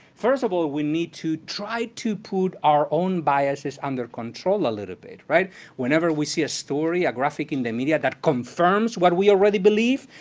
first of all, we need to try to put our own biases under control a little bit. whenever we see a story, a graphic in the media that confirms what we already believe,